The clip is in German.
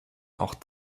auch